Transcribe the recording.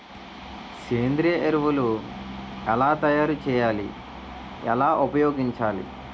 సేంద్రీయ ఎరువులు ఎలా తయారు చేయాలి? ఎలా ఉపయోగించాలీ?